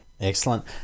Excellent